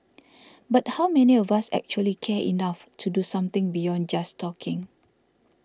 but how many of us actually care enough to do something beyond just talking